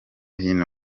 hino